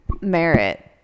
merit